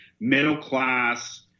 middle-class